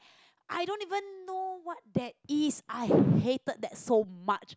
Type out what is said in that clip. I don't even know what that is I hated that so much